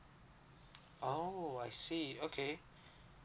oh I see okay